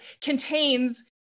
contains